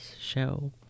show